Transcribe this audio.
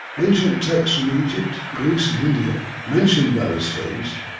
ancient texts from egypt, greece and india mention bladder stones,